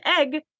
egg